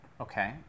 Okay